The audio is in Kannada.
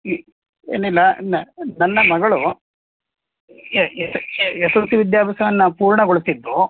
ಏ ಏನಿಲ್ಲ ನನ್ನ ಮಗಳು ಎಸ್ ಎಲ್ ಸಿ ವಿದ್ಯಾಭ್ಯಾಸವನ್ನು ಪೂರ್ಣಗೊಳಿಸಿದ್ದು